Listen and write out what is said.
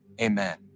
Amen